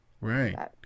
Right